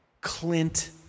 Clint